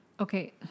Okay